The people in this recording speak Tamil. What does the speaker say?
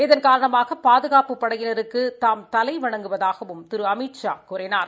இதன் காரணமாக பாதுகாப்புப் படையினருக்கு தாம் தலைவணங்குவதாகவும் திரு அமித்ஷா கூறினார்